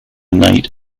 night